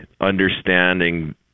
understanding